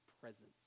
presence